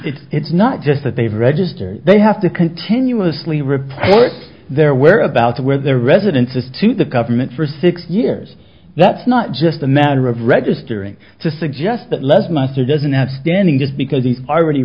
if it's not just that they've registered they have to continuously report their whereabouts or where their residence is to the government for six years that's not just a matter of registering to suggest that less master doesn't have standing just because he's already